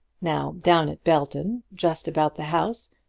now, down at belton, just about the house,